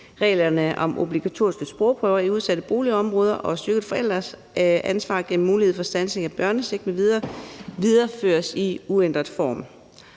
reglerne om obligatoriske sprogprøver i udsatte boligområder og styrket forældreansvar gennem mulighed for standsning af børnecheck m.v. videreføres i uændret form.